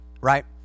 right